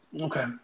Okay